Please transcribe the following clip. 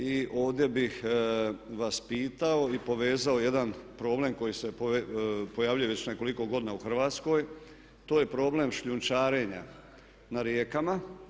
I ovdje bih vas pitao i povezao jedan problem koji se pojavljuje već nekoliko godina u Hrvatskoj, to je problem šljunčarenja na rijekama.